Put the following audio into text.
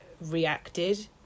reacted